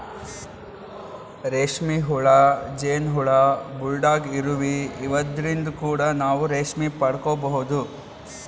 ರೇಶ್ಮಿ ಹುಳ, ಜೇನ್ ಹುಳ, ಬುಲ್ಡಾಗ್ ಇರುವಿ ಇವದ್ರಿನ್ದ್ ಕೂಡ ನಾವ್ ರೇಶ್ಮಿ ಪಡ್ಕೊಬಹುದ್